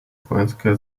vojenské